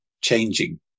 changing